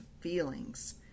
feelings